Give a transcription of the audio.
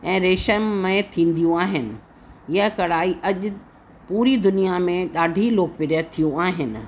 ऐं रेशममय थींदियूं आहिनि हीअ कढ़ाई अॼु पूरी दुनिया में ॾाढी लोकप्रिय थियूं आहिनि